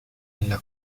nella